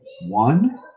one